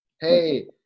Hey